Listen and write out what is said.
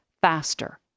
faster